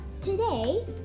today